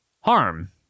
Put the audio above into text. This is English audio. harm